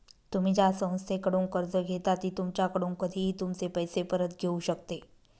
तुम्ही ज्या संस्थेकडून कर्ज घेता ती तुमच्याकडून कधीही तुमचे पैसे परत घेऊ शकते